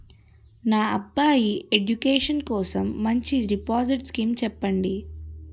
నా అబ్బాయి ఎడ్యుకేషన్ కోసం మంచి డిపాజిట్ స్కీం చెప్పండి